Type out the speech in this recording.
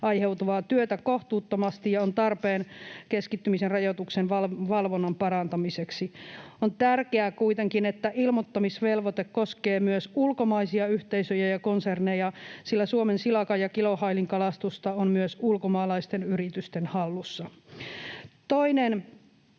aiheutuvaa työtä kohtuuttomasti ja on tarpeen keskittymisen rajoituksen valvonnan parantamiseksi. On tärkeää kuitenkin, että ilmoittamisvelvoite koskee myös ulkomaisia yhteisöjä ja konserneja, sillä Suomen silakan ja kilohailin kalastusta on myös ulkomaalaisten yritysten hallussa. Toinen